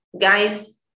guys